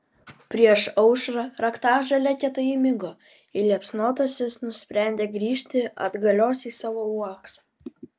prieš aušrą raktažolė kietai įmigo ir liepsnotasis nusprendė grįžti atgalios į savo uoksą